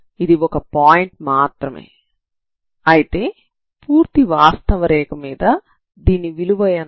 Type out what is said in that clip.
ఇది ఒక పాయింట్ మాత్రమే అయితే పూర్తి వాస్తవ రేఖమీద దీని విలువ ఎంత